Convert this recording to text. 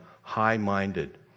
high-minded